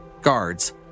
Guards